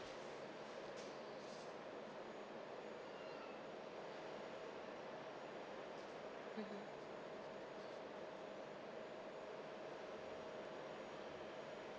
mmhmm